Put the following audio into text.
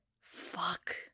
fuck